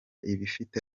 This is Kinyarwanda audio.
ibifite